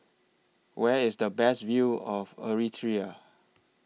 Where IS The Best View of Eritrea